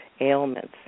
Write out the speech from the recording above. ailments